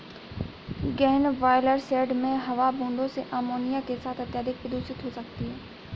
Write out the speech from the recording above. गहन broiler shed में हवा बूंदों से अमोनिया के साथ अत्यधिक प्रदूषित हो सकती है